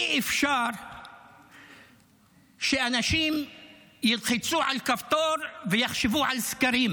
אי-אפשר שאנשים ילחצו על כפתור ויחשבו על סקרים.